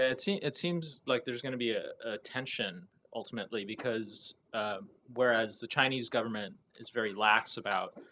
it seems it seems like there's going to be a tension ultimately, because whereas the chinese government is very lax about